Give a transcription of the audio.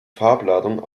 farbladung